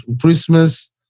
Christmas